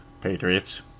Patriots